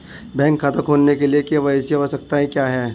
Bank खाता खोलने के लिए के.वाई.सी आवश्यकताएं क्या हैं?